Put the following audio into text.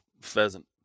pheasant